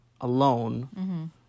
alone